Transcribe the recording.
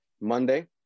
Monday